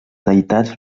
deïtats